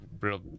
real